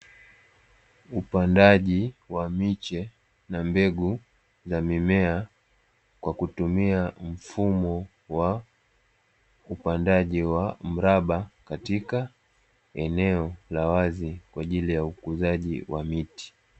Upandaji wa miche na mbegu za mimea kwa kutumia mfumo wa upandaji wa mraba, katika eneo la wazi kwa ajili ya ukuzaji wa miti.